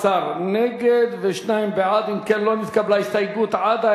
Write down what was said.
אנחנו עוברים להסתייגויות לסעיף 1, רבותי.